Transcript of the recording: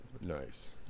Nice